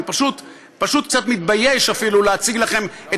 אני פשוט קצת מתבייש להציג לכם את